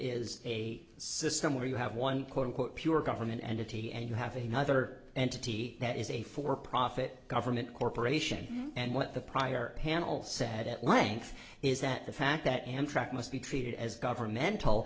is a system where you have one quote unquote pure government entity and you have a nother entity that is a for profit government corporation and what the prior panel said at length is that the fact that amtrak must be treated as governmental